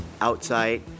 outside